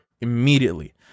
immediately